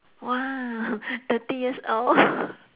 !wow! thirty years old